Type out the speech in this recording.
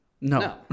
No